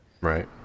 Right